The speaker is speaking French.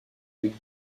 avec